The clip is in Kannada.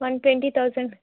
ಒಂದು ಟ್ವೆಂಟಿ ತೌಸಂಡ್